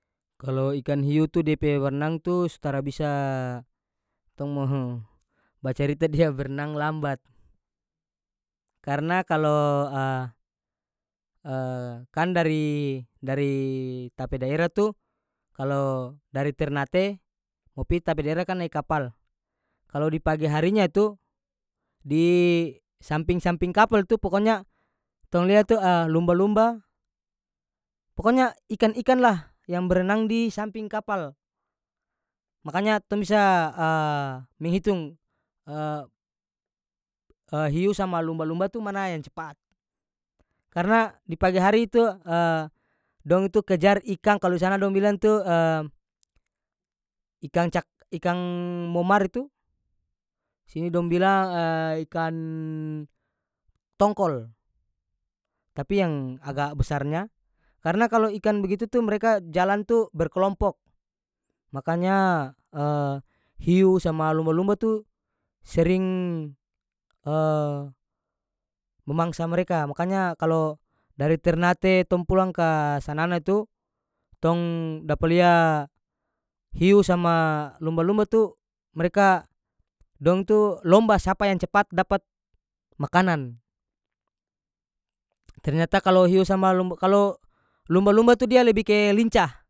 Kalo ikan hiu tu dia pe bernang tu so tara bisa tong mo bacarita dia bernang lambat karena kalo kan dari- dari ta pe daerah tu kalo dari ternate mo pi ta pe daerah kan nae kapal kalo di pagi harinya itu di samping-samping kapal tu pokonya tong lia tu lumba-lumba pokonya ikan-ikan lah yang bernang di samping kapal makanya tong bisa menghitung hiu sama lumba-lumba tu mana yang cepat karena di pagi hari itu dong itu kejar ikang kalu sana dong bilang itu ikang cak- ikang momar itu sini dong bilang ikan tongkol tapi yang aga besarnya karena kalo ikan begitu tu mereka jalan tu berkelompok makanya hiu sama lumba-lumba tu sering memangsa mereka makanya kalo dari ternate tong pulang ka sanana itu tong dapa lia hiu sama lumba-lumba tu mereka dong tu lomba sapa yang cepat dapat makanan ternyata hiu sama lumb kalo lumba-lumba itu dia lebih ke lincah.